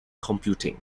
computing